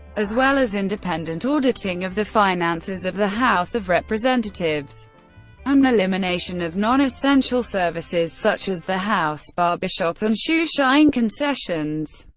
as well as independent auditing of the finances of the house of representatives and elimination of non-essential services such as the house barbershop and shoe-shine concessions.